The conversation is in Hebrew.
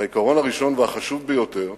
העיקרון הראשון והחשוב ביותר,